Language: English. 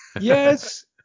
Yes